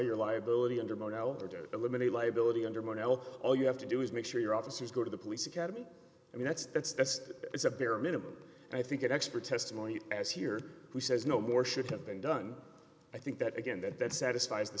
your liability under mono or to eliminate liability under mono all you have to do is make sure your officers go to the police academy i mean that's that's that's that's a bare minimum i think it expert testimony as here he says no more should have been done i think that again that that satisfies t